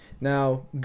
Now